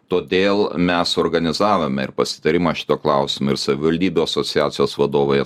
todėl mes suorganizavome ir pasitarimą šito klausimo ir savivaldybių asociacijos vadovai